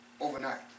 overnight